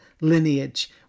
lineage